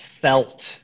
felt